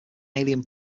alien